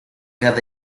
cada